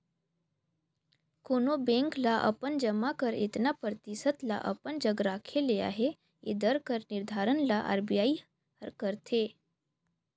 कोनो बेंक ल अपन जमा कर एतना परतिसत ल अपन जग राखे ले अहे ए दर कर निरधारन ल आर.बी.आई हर करथे